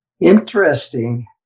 Interesting